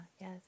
yes